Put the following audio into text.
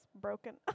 broken